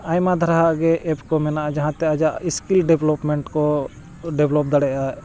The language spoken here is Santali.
ᱟᱭᱢᱟ ᱫᱷᱟᱨᱟᱜᱮ ᱮᱯ ᱠᱚ ᱢᱮᱱᱟᱜᱼᱟ ᱡᱟᱦᱟᱸᱛᱮ ᱟᱭᱟᱜ ᱥᱠᱤᱞ ᱰᱮᱵᱷᱞᱚᱯᱢᱮᱱᱴ ᱠᱚ ᱰᱮᱵᱷᱞᱚᱯ ᱫᱟᱲᱮᱭᱟᱜᱼᱟ